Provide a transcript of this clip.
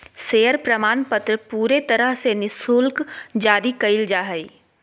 share प्रमाणपत्र पूरे तरह से निःशुल्क जारी कइल जा हइ